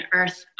earth